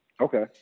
okay